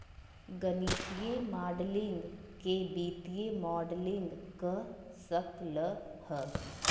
गणितीय माडलिंग के वित्तीय मॉडलिंग कह सक ल ह